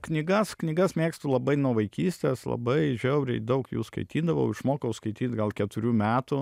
knygas knygas mėgstu labai nuo vaikystės labai žiauriai daug jų skaitydavau išmokau skaityt gal keturių metų